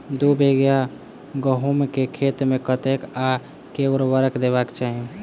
दु बीघा गहूम केँ खेत मे कतेक आ केँ उर्वरक देबाक चाहि?